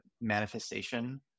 manifestation